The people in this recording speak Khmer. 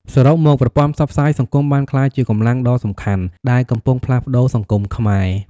សរុបមកប្រព័ន្ធផ្សព្វផ្សាយសង្គមបានក្លាយជាកម្លាំងដ៏សំខាន់ដែលកំពុងផ្លាស់ប្តូរសង្គមខ្មែរ។